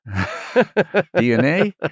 DNA